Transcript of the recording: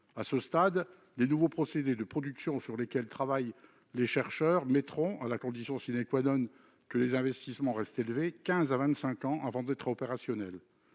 À ce stade, les nouveaux procédés de production sur lesquels travaillent les chercheurs mettront, à la condition que les niveaux d'investissement restent élevés, quinze à vingt-cinq ans avant d'être opérationnels.